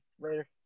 Later